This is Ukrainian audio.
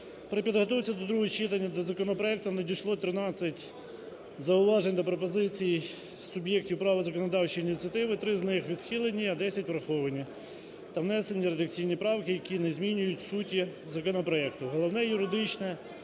При підготовці до другого читання, до законопроекту надійшло 13 зауважень та пропозицій суб'єктів права законодавчої ініціативи, три з них відхилені, а десять враховані та внесені редакційні правки, які не змінюють суті законопроекту. Головне юридичне